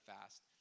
fast